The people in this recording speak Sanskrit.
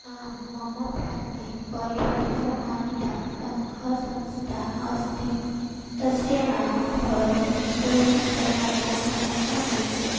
आं मम प्रान्ते परिवर्तनमानिता सङ्घसंस्था अस्ति तस्य नाम भवति स्वयंसहायकसङ्घः इति